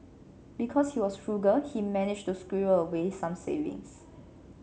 because he was frugal he managed to squirrel away some savings